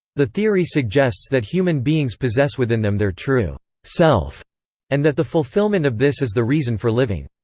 the theory suggests that human beings possess within them their true self and that the fulfillment of this is the reason for living.